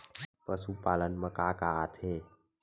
पशुपालन मा का का आथे?